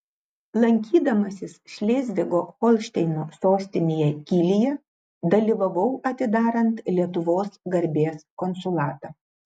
lankydamasis šlėzvigo holšteino sostinėje kylyje dalyvavau atidarant lietuvos garbės konsulatą